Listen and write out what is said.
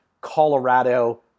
Colorado